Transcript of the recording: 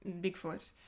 Bigfoot